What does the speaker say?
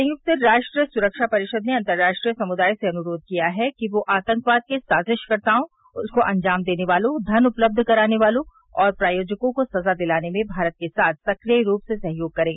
संयुक्त राष्ट्र सुरक्षा परिषद ने अंतर्राष्ट्रीय समुदाय से अनुरोध किया है कि वे आतंकवाद के साजिशकर्ताओं उसको अंजाम देने वालों धन उपलब्ध कराने वालों और प्रायोजकों को सजा दिलाने में भारत के साथ सक्रिय रूप से सहयोग करें